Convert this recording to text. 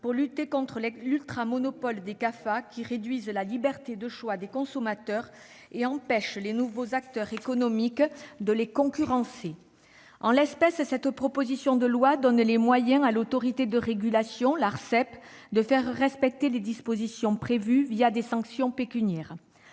pour lutter contre l'ultra-monopole des GAFA, qui réduisent la liberté de choix des consommateurs et empêchent les nouveaux acteurs économiques de les concurrencer. En l'espèce, cette proposition de loi donne les moyens à l'autorité de régulation, l'Arcep, de faire respecter les dispositions prévues, des sanctions pécuniaires.